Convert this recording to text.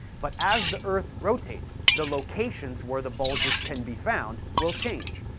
but as the earth rotates, the locations where the bulges can be found will change,